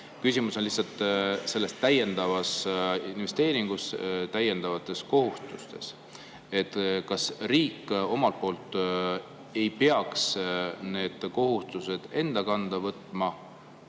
Küsimus on lihtsalt täiendavas investeeringus, täiendavates kohustustes. Kas riik omalt poolt ei peaks need kohustused enda kanda võtma